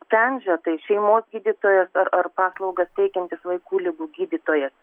sprendžia tai šeimos gydytojas ar ar paslaugas teikiantis vaikų ligų gydytojas